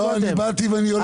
לא, אני באתי ואני הולך תיכף.